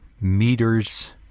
meters